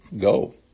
go